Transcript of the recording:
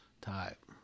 type